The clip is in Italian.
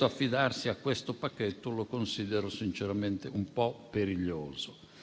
affidarsi a questo pacchetto lo considero sinceramente un po' periglioso.